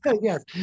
yes